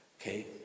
Okay